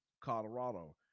Colorado